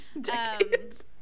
decades